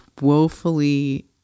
woefully